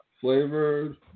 flavored